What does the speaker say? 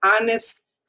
honest